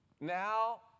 now